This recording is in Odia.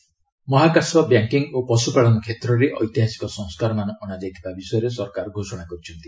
ଗଭ୍ ରିଫର୍ମସ୍ ମହାକାଶ ବ୍ୟାଙ୍କିଙ୍ଗ୍ ଓ ପଶୁପାଳନ କ୍ଷେତ୍ରରେ ଐତିହାସିକ ସଂସ୍କାରମାନ ଅଣାଯାଇଥିବା ବିଷୟରେ ସରକାର ଘୋଷଣା କରିଛନ୍ତି